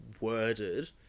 worded